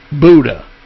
Buddha